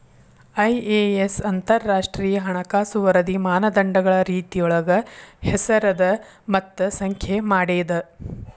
IAS ಅಂತರಾಷ್ಟ್ರೇಯ ಹಣಕಾಸು ವರದಿ ಮಾನದಂಡಗಳ ರೇತಿಯೊಳಗ ಹೆಸರದ ಮತ್ತ ಸಂಖ್ಯೆ ಮಾಡೇದ